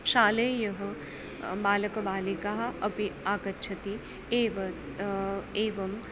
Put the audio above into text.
शालेयः बालकबालिकाः अपि आगच्छति एतद् एवम्